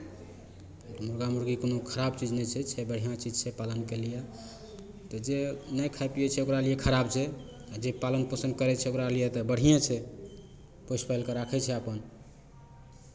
मुरगा मुरगी कोनो खराब चीज नहि छै छै बढ़िआँ चीज छै पालनके लिए तऽ जे नहि खाइ पियै छै ओकरा लिए खराब छै आ जे पालन पोषण करै छै ओकरा लिए तऽ बढ़िएँ छै पोसि पालि कऽ राखै छै अपन